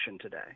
today